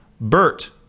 Bert